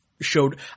showed